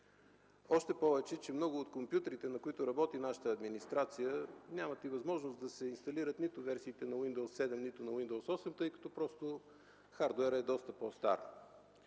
още повече че много от компютрите, на които работи нашата администрация, нямат и възможност да се инсталират нито версиите на Windows 7, нито на Windows 8, тъй като хардуерът е доста по-стар.